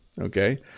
okay